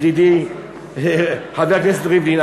ידידי חבר כנסת ריבלין,